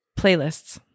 Playlists